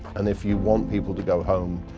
and if you want people to go home,